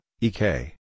ek